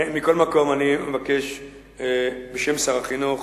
מכל מקום, אני מבקש בשם שר החינוך